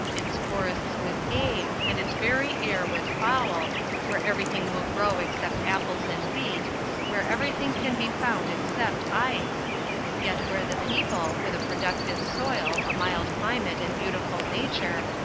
its forests with game, and its very air with fowl where everything will grow except apples and wheat where everything can be found except ice yet where the people, with a productive soil, a mild climate and beautiful nature,